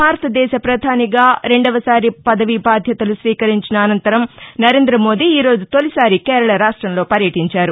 భారతదేశ ప్రధానిగా రెండవసారి పదవీ బాధ్యతలు స్వీకరించిన అనంతరం నరేంద మోదీ ఈ రోజు తాలిసారి కేరళ రాష్ట్రంలో పర్యటించారు